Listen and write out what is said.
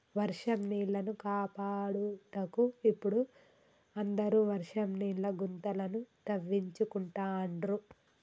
వర్షం నీళ్లను కాపాడుటకు ఇపుడు అందరు వర్షం నీళ్ల గుంతలను తవ్వించుకుంటాండ్రు